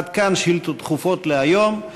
עד כאן שאילתות דחופות להיום.